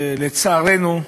לצערנו,